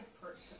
person